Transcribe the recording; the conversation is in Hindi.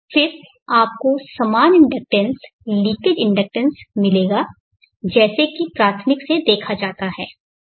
फिर आपको समान इंडक्टेंस लीकेज इंडक्टेंस मिलेगा जैसा कि प्राथमिक से देखा जाता है